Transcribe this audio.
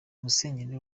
musenyeri